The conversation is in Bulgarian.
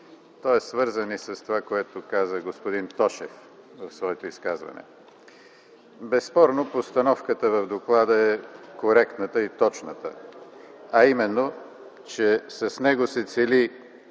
свързан и с това, което каза господин Тошев в своето изказване. Безспорно постановката в доклада е коректната и точната, а именно, че с него се цели